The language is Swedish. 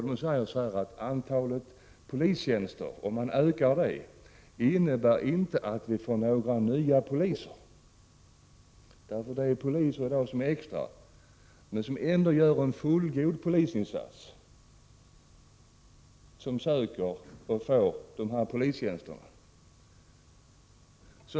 De säger att en ökning av antalet polistjänster inte innebär att vi får nya poliser, för det är poliser som arbetar extra och som redan gör en fullgod polisinsats som söker och får dessa tjänster.